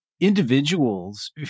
individuals